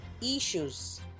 issues